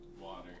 water